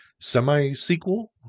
semi-sequel